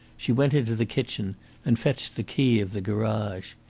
she went into the kitchen and fetched the key of the garage.